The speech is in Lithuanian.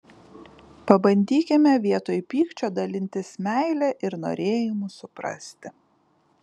pabandykime vietoj pykčio dalintis meile ir norėjimu suprasti